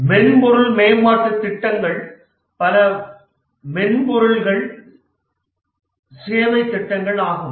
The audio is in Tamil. மென்பொருள் மேம்பாட்டு திட்டங்கள் பல மென்பொருள் சேவை திட்டங்கள் ஆகும்